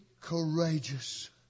courageous